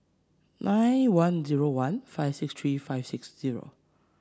nine one zero one five six three five six zero